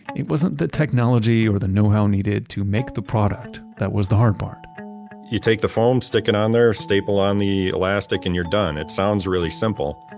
it wasn't the technology or the know-how needed to make the product that was the hard part you take the foam, stick it on there, staple on the elastic and you're done. it sounds really simple,